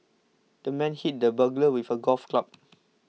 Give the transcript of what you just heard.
the man hit the burglar with a golf club